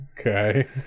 okay